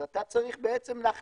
אז אתה צריך בעצם כמדינה להחליט,